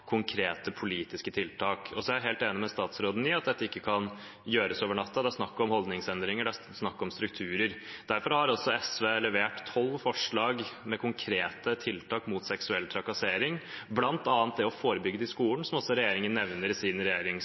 konkrete politiske tiltak. Jeg er helt enig med statsråden i at dette ikke kan gjøres over natten. Det er snakk om holdningsendringer, det er snakk om strukturer. Derfor har også SV levert tolv forslag med konkrete tiltak mot seksuell trakassering, bl.a. å forebygge det i skolen, noe også regjeringen nevner i sin